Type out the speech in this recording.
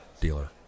dealer